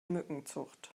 mückenzucht